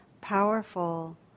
powerful